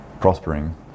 prospering